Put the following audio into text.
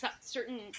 certain